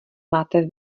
máte